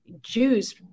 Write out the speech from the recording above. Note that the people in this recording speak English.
Jews